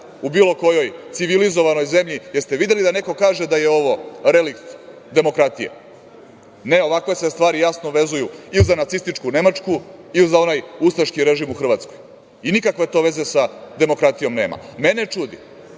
u bilo kojoj civilizovanoj zemlji? Jeste li videli da neko kaže da je ovo relikt demokratije? Ne, ovakve stvari se jasno vezuju ili za nacističku Nemačku ili za onaj ustaški režim u Hrvatskoj. I nikakve to veze sa demokratijom nema. Mene čudi